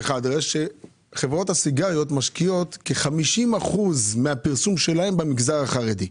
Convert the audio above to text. - שחברות הסיגריות משקיעות כ-50 אחוזים מהפרסום שלהן במגזר החרדי.